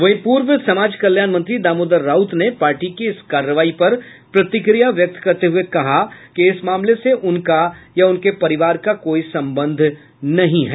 वहीं पूर्व समाज कल्याण मंत्री दामोदर राउत ने पार्टी की इस कार्रवाई पर प्रतिक्रिया व्यक्त करते हुए कहा है कि इस मामले से उनका या उनके परिवार का कोई संबंध नहीं है